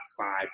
five